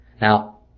Now